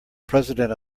president